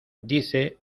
dice